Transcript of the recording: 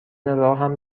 راهم